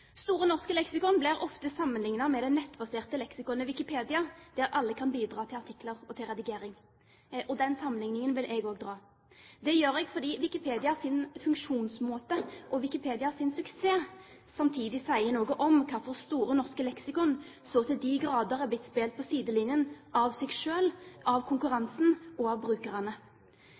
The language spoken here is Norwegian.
Store norske leksikon blir ofte sammenlignet med det nettbaserte leksikonet Wikipedia, der alle kan bidra til artikler og redigering. Den sammenligningen vil jeg også dra. Det gjør jeg fordi Wikipedias funksjonsmåte og suksess samtidig sier noe om hvorfor Store norske leksikon så til de grader er blitt spilt på sidelinjen – av seg selv, av konkurransen og av brukerne.